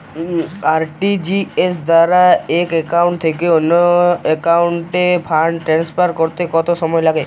RTGS দ্বারা এক account থেকে অন্য একাউন্টে ফান্ড ট্রান্সফার করতে কত সময় লাগে?